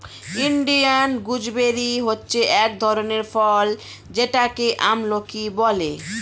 Indian gooseberry হচ্ছে এক ধরনের ফল যেটাকে আমলকি বলে